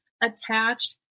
attached